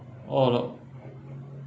orh uh